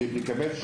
לגבש